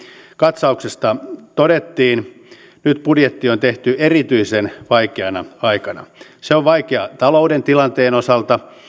katsauksesta todettiin nyt budjetti on tehty erityisen vaikeana aikana se on vaikea talouden tilanteen osalta